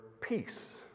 peace